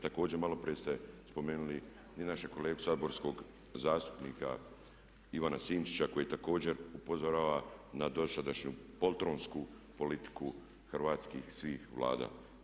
Također malo prije ste spomenuli i našeg kolegu saborskog zastupnika Ivana Sinčića koji također upozorava na dosadašnju poltronsku politiku hrvatskih svih Vlada.